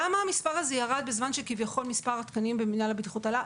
למה המספר הזה ירד בזמן שכביכול מספר התקנים במינהל הבטיחות עלה?